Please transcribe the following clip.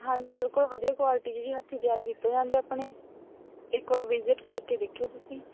ਹਾਂਜੀ ਬਿਲਕੁਲ ਵਧੀਆ ਕੁਆਲਟੀ ਦੀਦੀ ਹੱਥੀਂ ਤਿਆਰ ਕੀਤੇ ਜਾਂਦੇ ਆਪਣੇ ਇੱਕ ਵਾਰ ਵਿਜਿਟ ਕਰਕੇ ਦੇਖਿਓ ਤੁਸੀਂ